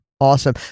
Awesome